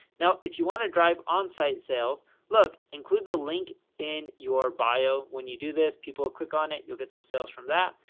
now, if you want to drive on-site sales look include the link in your bio. when you do this, people will click on it. you'll get some sales from that.